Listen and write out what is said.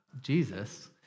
Jesus